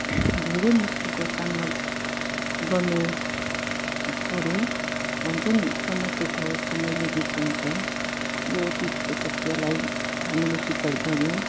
धेरै मुस्किलको सामना गर्नुपर्यो भन्छन् नि समयको घाउ समयले बिर्सन्छ यो तितो सत्यलाई हामीले स्वीकार गर्यौँ